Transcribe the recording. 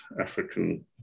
African